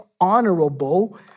honorable